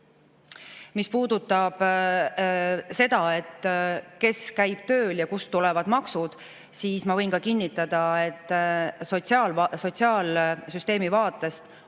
Mis puudutab seda, kes käib tööl ja kust tulevad maksud, siis ma võin kinnitada, et sotsiaalsüsteemi vaatest on